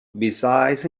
besides